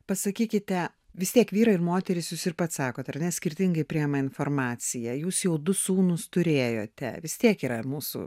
pasakykite vis tiek vyrai ir moterys jūs ir pats sakot ar ne skirtingai priima informaciją jūs jau du sūnūs turėjote vis tiek yra mūsų